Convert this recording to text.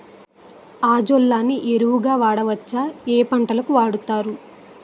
Azolla ని ఎరువు గా వాడొచ్చా? ఏ పంటలకు వాడతారు?